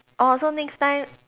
orh so next time